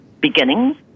beginnings